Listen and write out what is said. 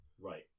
Right